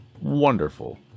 wonderful